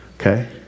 Okay